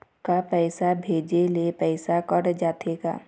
का पैसा भेजे ले पैसा कट जाथे का?